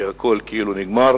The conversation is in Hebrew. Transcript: שהכול כאילו נגמר